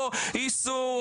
לא, איסור